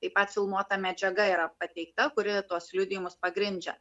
taip pat filmuota medžiaga yra pateikta kuri tuos liudijimus pagrindžia